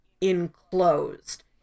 enclosed